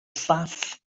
llall